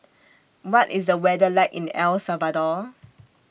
What IS The weather like in El Salvador